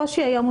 הקושי היום,